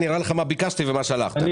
אראה לך מה ביקשתי ומה שלחת.